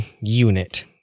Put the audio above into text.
unit